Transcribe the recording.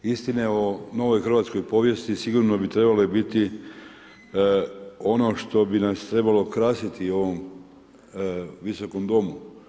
Istine o novoj hrvatskoj povijesti sigurno bi trebale biti ono što bi nas trebalo krasiti u ovom Visokom domu.